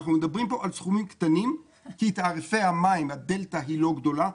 אנחנו מדברים פה על סכומים קטנים כי בתעריפי המים הדלתה היא לא גדולה.